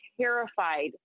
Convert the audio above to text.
terrified